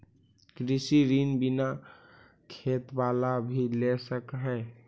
कृषि ऋण बिना खेत बाला भी ले सक है?